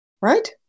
Right